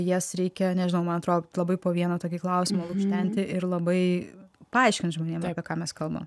jas reikia nežinau man atrodo labai po vieną tokį klausimą tenti ir labai paaiškins apie ką mes kalbam